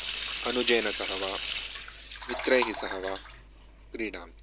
अनुजेन सह वा मित्रैः सह वा क्रीडामि